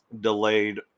delayed